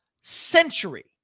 century